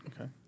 Okay